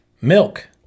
Milk